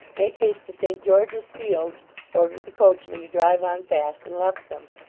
make haste to st george's fields ordered the coachman to drive on fast and left them.